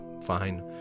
fine